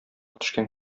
төшкән